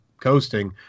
coasting